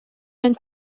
and